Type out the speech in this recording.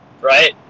Right